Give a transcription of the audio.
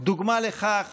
דוגמה לכך